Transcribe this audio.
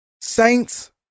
Saints